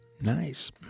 Nice